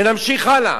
ונמשיך הלאה.